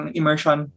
immersion